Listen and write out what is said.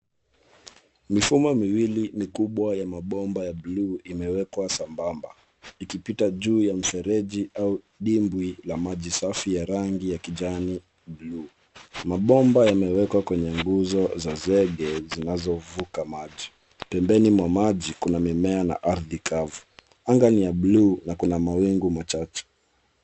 Mifumo miwili mikubwa ya mabomba ya bluu imewekwa sambamba ikipita juu ya mfereji au dimbwi la maji safi ya rangi ya kijani bluu. Mabomba yamewekwa kwenye nguzo za zege zinazovuka maji. Pembeni mwa maji kuna mimea na ardhi kavu. Anga ni ya bluu na kuna mawingu machache.